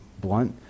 blunt